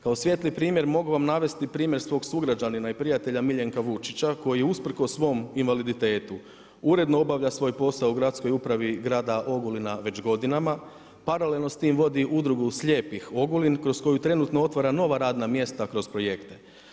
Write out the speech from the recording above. Kao svijetli primjer, mogu vam navesti primjer svog sugrađanina, i prijatelja Miljenka Vučića, koji je usprkos svom invaliditetu, uredno obavlja svoj posao u gradskoj upravi grada Ogulina već godinama, paralelno s tim vodi udrugu slijepih Ogulin kroz koju trenutno otvara nova radna mjesta kroz projekte.